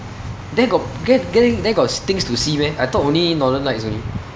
there got there there there got things to see meh I thought only northern lights only